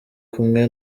kumwe